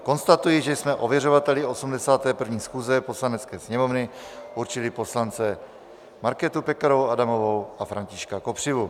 Konstatuji, že jsme ověřovateli 81. schůze Poslanecké sněmovny určili poslance Markétu Pekarovou Adamovou a Františka Kopřivu.